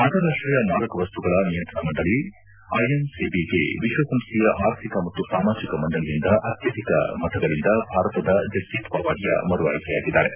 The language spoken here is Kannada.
ಅಂತಾರಾಷ್ಟೀಯ ಮಾದಕ ವಸ್ತುಗಳ ನಿಯಂತ್ರಣ ಮಂಡಳಿ ಐಎನ್ಸಿಬಿಗೆ ವಿಶ್ವಸಂಸ್ಡೆಯ ಆರ್ಥಿಕ ಮತ್ತು ಸಾಮಾಜಿಕ ಮಂಡಳಿಯಿಂದ ಅತ್ಯಧಿಕ ಮತಗಳಿಂದ ಭಾರತದ ಜಗಜಿತ್ ಪವಾಡಿಯಾ ಮರು ಆಯ್ಲೆಯಾಗಿದ್ದಾರೆ